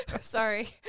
Sorry